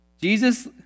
Jesus